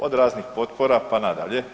Od raznih potpora pa nadalje.